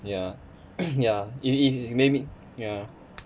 ya ya if if may be ya